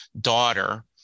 daughter